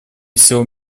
всего